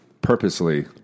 purposely